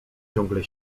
ciągle